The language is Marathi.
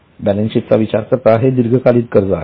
बॅलन्सशीटचा विचार करता हे दीर्घकालीन कर्ज आहे